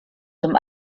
zum